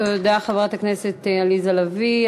תודה, חברת הכנסת עליזה לביא.